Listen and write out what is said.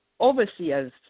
overseers